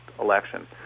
election